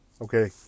Okay